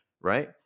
right